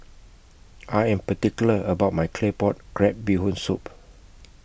I Am particular about My Claypot Crab Bee Hoon Soup